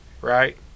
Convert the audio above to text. right